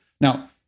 Now